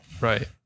Right